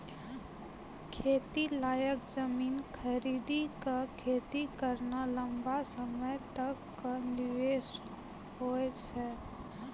खेती लायक जमीन खरीदी कॅ खेती करना लंबा समय तक कॅ निवेश होय छै